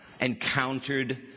encountered